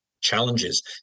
challenges